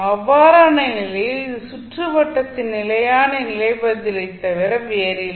அவ்வாறான நிலையில் இது சுற்றுவட்டத்தின் நிலையான நிலை பதிலைத் தவிர வேறில்லை